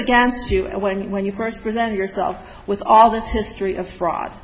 against you when when you first presented yourself with all this history of fraud